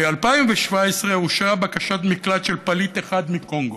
ב-2017 אושרה בקשת מקלט של פליט אחד מקונגו,